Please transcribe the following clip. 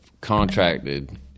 contracted